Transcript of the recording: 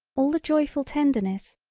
all the joyful tenderness,